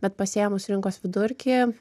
bet pasiėmus rinkos vidurkį